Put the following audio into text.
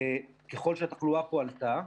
ככל שהתחלואה פה עלתה,